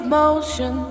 motion